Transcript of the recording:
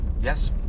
yes